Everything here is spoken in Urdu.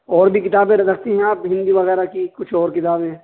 اور بھی کتابیں ر رکھتی ہیں آپ ہندی وغیرہ کی کچھ اور کتابیں